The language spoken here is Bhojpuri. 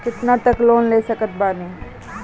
कितना तक लोन ले सकत बानी?